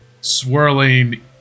swirling